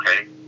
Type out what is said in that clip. okay